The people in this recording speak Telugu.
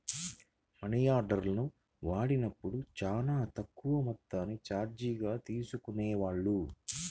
మనియార్డర్ని వాడినప్పుడు చానా తక్కువ మొత్తాన్ని చార్జీలుగా తీసుకునేవాళ్ళు